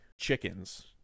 chickens